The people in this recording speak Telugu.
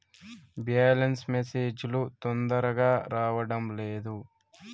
బ్యాలెన్స్ మెసేజ్ లు తొందరగా రావడం లేదు?